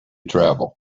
travel